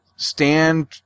Stand